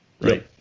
right